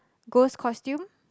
ghost costumes